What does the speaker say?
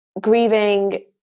grieving